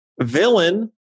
villain